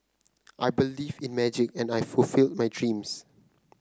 I believed in magic and I fulfilled my dreams